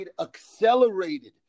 accelerated